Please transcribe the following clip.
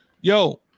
Yo